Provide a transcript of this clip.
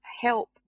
help